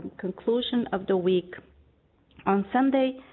conclusion of the week on sunday